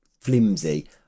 flimsy